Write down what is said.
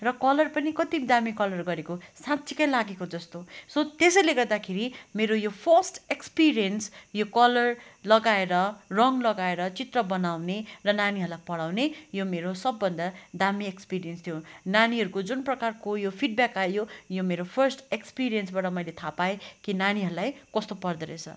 र कलर पनि कति दामी कलर गरेको साँच्चीकै लागेको जस्तो सो त्यसैले गर्दाखेरि मेरो यो फर्स्ट एक्सपिरियन्स यो कलर लगाएर रङ लगाएर चित्र बनाउने र नानीहरूलाई पढाउने यो मेरो सबभन्दा दामी एक्सपिरियन्स थियो नानीहरूको जुन प्रकारको यो फिडब्याक आयो यो मेरो फर्स्ट एक्सपिरियन्सबाट मैले थाहा पाएँ कि नानीहरूलाई कस्तो पर्दोरहेछ